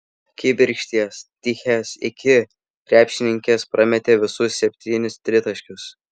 kibirkšties tichės iki krepšininkės prametė visus septynis tritaškius